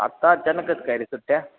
आत्ता अचानक कसं काय रे सुट्ट्या